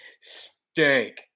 stink